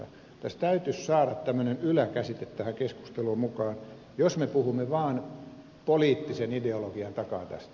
tässä täytyisi saada tämmöinen yläkäsite tähän keskusteluun mukaan jos me puhumme vaan poliittisen ideologian takaa tästä